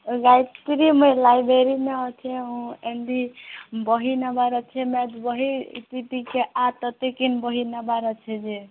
library library ନ ଅଛେ ମୁଇଁ ଏମିତି ବହି ନେବାର ଅଛେ ମ୍ୟାଥ୍ ବହି ଟିକେ ଆର ତତେ କିନ ବହି ନବାର ଅଛେ ଯେ